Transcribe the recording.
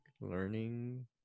learning